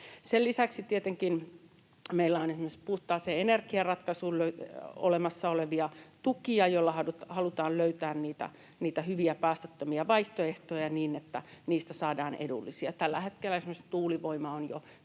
Sen lisäksi tietenkin meillä on esimerkiksi puhtaaseen energiaratkaisuun olemassa olevia tukia, joilla halutaan löytää niitä hyviä, päästöttömiä vaihtoehtoja, niin että niistä saadaan edullisia. Tällä hetkellä esimerkiksi tuulivoima on jo täysin